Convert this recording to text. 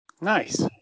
Nice